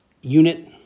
unit